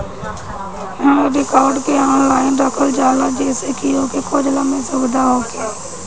हर record के online रखल जाला जेसे की ओके खोजला में सुबिधा होखे